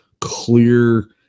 clear